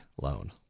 loan